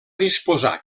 disposar